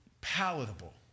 palatable